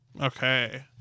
Okay